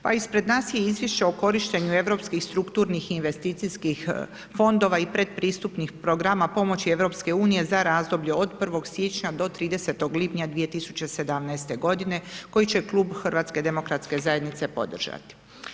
Pa ispred nas je Izvješće o korištenju europskih strukturnih i investicijskih fondova i pretpristupnih programa pomoći EU za razdoblje od 1. siječnja do 30. lipnja 2017. godine koji će HDZ-a podržati.